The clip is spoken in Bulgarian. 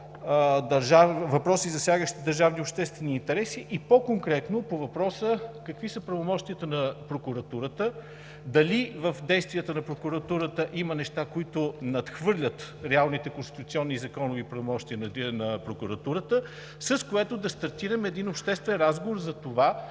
въпроси, засягащи държавни или обществени интереси, по-конкретно по въпроса: какви са правомощията на Прокуратурата, дали в действията на Прокуратурата има неща, които надхвърлят реалните конституционни и законови правомощия на Прокуратурата, с което да стартираме един обществен разговор за това